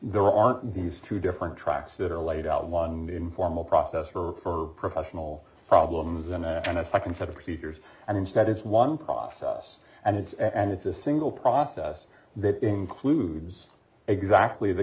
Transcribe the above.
there aren't these two different tracks that are laid out along the informal process for professional problems and in a second set of procedures and instead it's one process and it's and it's a single process that includes exactly the